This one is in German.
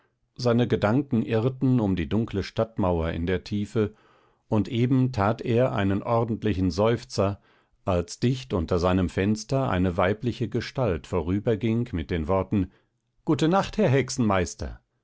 seine gedanken irrten um die dunkle stadtmauer in der tiefe und eben tat er einen ordentlichen seufzer als dicht unter seinem fenster eine weibliche gestalt vorüberging mit den worten gute nacht herr hexenmeister